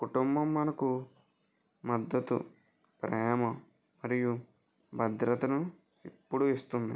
కుటుంబం మనకు మద్దతు ప్రేమ మరియు భద్రతను ఎప్పుడు ఇస్తుంది